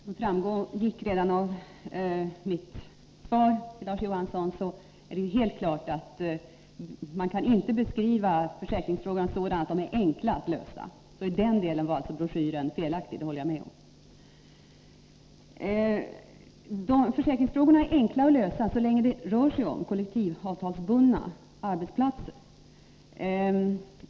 Herr talman! Som framgick redan av mitt svar till Larz Johansson är det helt klart att man inte kan säga att försäkringsfrågorna är enkla att lösa. I den delen var alltså broschyren felaktig — det håller jag med om. De här försäkringsfrågorna är enkla att lösa så länge det rör sig om kollektivavtalsbundna arbetsplatser.